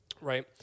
right